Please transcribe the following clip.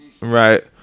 right